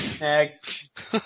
Next